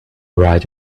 write